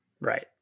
right